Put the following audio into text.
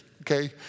okay